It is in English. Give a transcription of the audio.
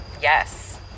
Yes